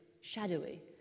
shadowy